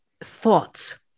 Thoughts